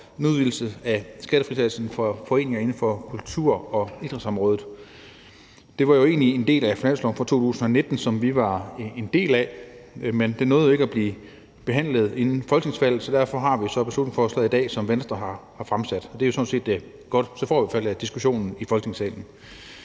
udvidelse af skattefritagelsen for foreninger inden for kulturområdet og idrætsområdet. Det var egentlig en del af finansloven for 2019, som vi var en del af, men den nåede ikke at blive behandlet inden folketingsvalget, så derfor har vi beslutningsforslaget i dag, som Venstre har fremsat. Det er jo sådan set godt, for så får vi i al fald diskussionen i Folketingssalen.